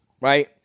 right